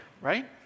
right